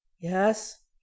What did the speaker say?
Yes